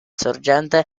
sorgente